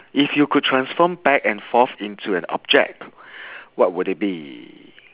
if you could transform back and forth into an object what would it be